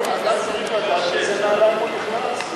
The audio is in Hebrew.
אדם צריך לדעת לאיזה נעליים הוא נכנס,